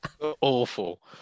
Awful